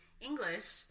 English